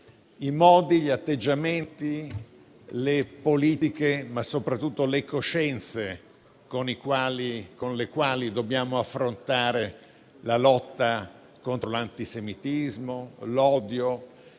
i modi, gli atteggiamenti, le politiche, ma soprattutto le coscienze con le quali dobbiamo affrontare la lotta contro l'antisemitismo, l'odio,